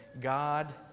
God